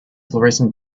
florescent